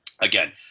Again